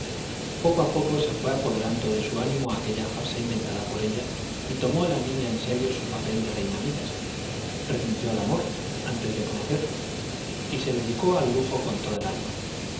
poco a poco se fue apoderando de su ánimo aquella farsa inventada por ella y tomó la niña en serio su papel de reina midas renunció al amor antes de conocerlo y se dedicó al lujo con toda el alma